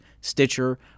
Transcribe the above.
Stitcher